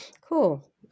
Cool